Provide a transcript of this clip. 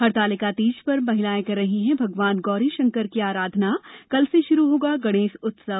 हरतालिका तीज पर महिलाएं कर रही हैं भगवान गौरी शंकर की आराधना कल से शुरू होगा गणेश उत्सव